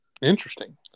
Interesting